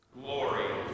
glory